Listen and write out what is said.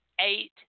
eight